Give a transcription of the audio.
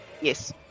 Yes